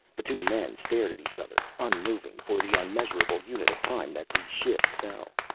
the two men stared at each other, unmoving, for the unmeasurable unit of time that the ship fell.